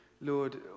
Lord